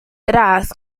tras